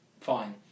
Fine